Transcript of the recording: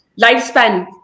lifespan